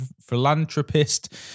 philanthropist